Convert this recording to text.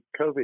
COVID